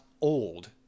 old